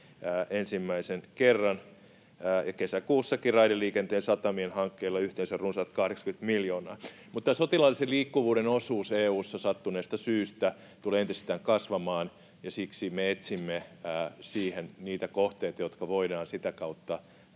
ensimmäisen kerran ja kesäkuussakin raideliikenteen ja satamien hankkeilla yhteensä runsaat 80 miljoonaa. — Mutta tämän sotilaallisen liikkuvuuden osuus EU:ssa sattuneesta syystä tulee entisestään kasvamaan, ja siksi me etsimme siihen niitä kohteita, jotka voidaan sitä kautta